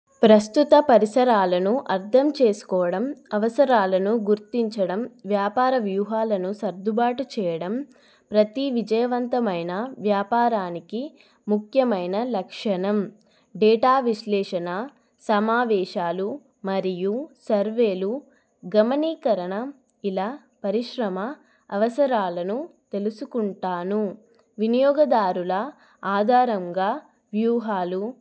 ప్రస్తుత పరిసరాలను అర్థం చేసుకోవడం అవసరాలను గుర్తించడం వ్యాపార వ్యూహాలను సర్దుబాటు చేయడం ప్రతి విజయవంతమైన వ్యాపారానికి ముఖ్యమైన లక్షణం డేటా విశ్లేషణ సమావేశాలు మరియు సర్వేలు గమనికరణ ఇలా పరిశ్రమ అవసరాలను తెలుసుకుంటాను వినియోగదారుల ఆధారంగా వ్యూహాలు